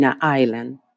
Island